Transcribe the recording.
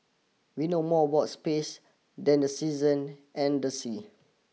we know more about space than the season and the sea